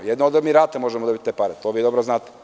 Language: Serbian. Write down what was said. Jedino od Emirata možemo da dobijemo te pare, to vi dobro znate.